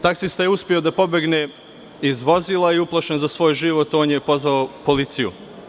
Taksista je uspeo da pobegne iz vozila i uplašen za svoj život, on je pozvao policiju.